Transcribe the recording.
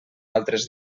altres